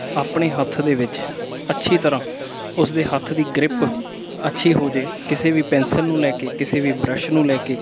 ਆਪਣੇ ਹੱਥ ਦੇ ਵਿੱਚ ਅੱਛੀ ਤਰ੍ਹਾਂ ਉਸਦੇ ਹੱਥ ਦੀ ਗ੍ਰਿਪ ਅੱਛੀ ਹੋ ਜੇ ਕਿਸੇ ਵੀ ਪੈਨਸਿਲ ਨੂੰ ਲੈ ਕੇ ਕਿਸੇ ਵੀ ਬ੍ਰਸ਼ ਨੂੰ ਲੈ ਕੇ